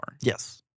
Yes